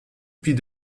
puis